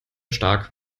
stark